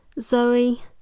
Zoe